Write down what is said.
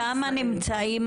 שם נמצאים